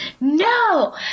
No